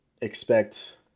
expect